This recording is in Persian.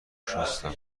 شستم